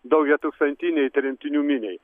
daugiatūkstantinei tremtinių miniai